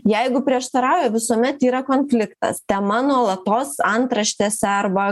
jeigu prieštarauja visuomet yra konfliktas tema nuolatos antraštėse arba